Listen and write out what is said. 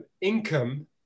income